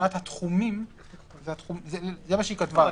מבחינת התחומים זה מה שהיא כתבה לי.